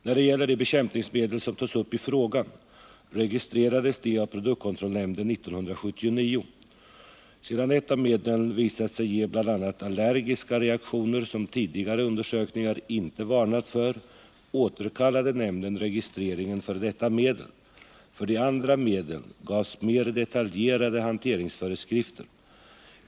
När det gäller de bekämpningsmedel som tas upp i frågan registrerades de av produktkontrollnämnden 1979. Sedan ett av medlen visat sig ge bl.a. allergiska reaktioner som tidigare undersökningar inte varnat för, återkallade nämnden registreringen för detta medel. För de andra medlen gavs mer detaljerade hanteringsföreskrifter.